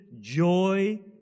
joy